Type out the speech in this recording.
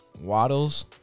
Waddles